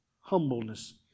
humbleness